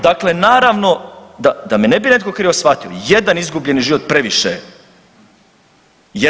Dakle naravno da me ne bi netko krivo shvatio, jedan izgubljeni život previše je.